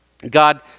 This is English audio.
God